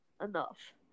enough